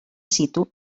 situ